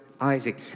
Isaac